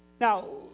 Now